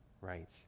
Right